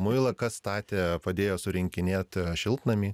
muilą kas statė padėjo surinkinėt šiltnamį